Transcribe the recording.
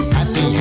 Happy